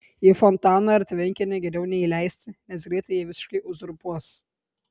į fontaną ar tvenkinį geriau neįleisti nes greitai jį visiškai uzurpuos